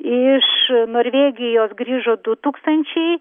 iš norvėgijos grįžo du tūkstančiai